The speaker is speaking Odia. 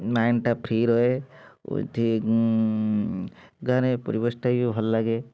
ମାଇଣ୍ଡଟା ଫ୍ରି ରହେ ଉଇଥି ଗାଁରେ ପରିବେଶଟା ବି ଭଲ ଲାଗେ